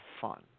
fun